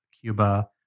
Cuba